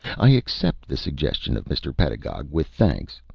i accept the suggestion of mr. pedagog with thanks.